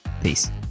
Peace